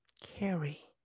carry